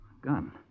gun